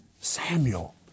Samuel